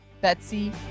Betsy